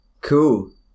cool